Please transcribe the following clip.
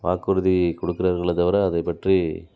வாக்குறுதி கொடுக்குறாங்களே தவிர அதை பற்றி